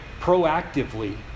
proactively